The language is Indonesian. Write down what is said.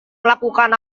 melakukan